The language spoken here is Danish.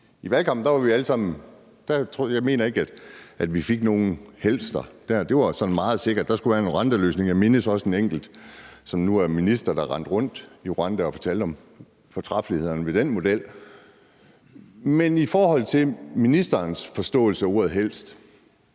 I valgkampen mener jeg ikke at vi fik nogen helst'er. Det var sådan meget sikkert. Der skulle være en Rwandaløsning. Jeg mindes også, at der var en, som nu er minister, der rendte rundt i Rwanda og fortalte om fortræffelighederne ved den model. Ministerens forståelse af ordet helst